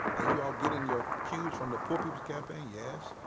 are you all getting your cues from the poor people's campaign? yes,